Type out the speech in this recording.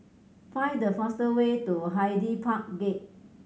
find the fastest way to Hyde Park Gate